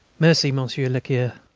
merci, monsieur le cure.